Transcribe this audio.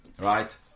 right